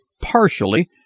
partially